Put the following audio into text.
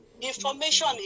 information